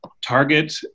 target